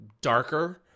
darker